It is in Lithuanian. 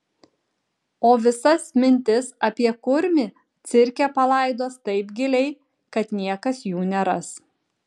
o visas mintis apie kurmį cirke palaidos taip giliai kad niekas jų neras